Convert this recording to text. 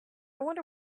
wonder